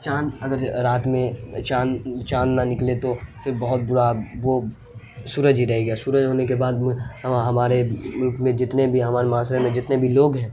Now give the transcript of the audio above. چاند اگر رات میں چاند چاند نہ نکلے تو پھر بہت برا وہ سورج ہی رہ گیا سورج ہونے کے بعد میں ہمارے ملک میں جتنے بھی ہمارے معاشرے میں جتنے بھی لوگ ہیں